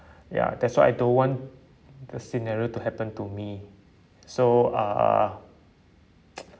ya that's why I don't want the scenario to happen to me so uh